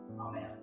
Amen